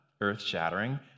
earth-shattering